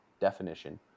definition